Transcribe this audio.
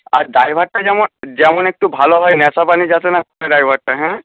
আর ড্রাইভারটা যেমন যেমন একটু ভালো হয় নেশাপানি যাতে না ড্রাইভারটা হ্যাঁ